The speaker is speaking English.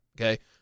okay